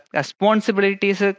responsibilities